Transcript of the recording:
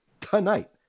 tonight